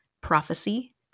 prophecy